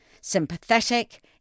Sympathetic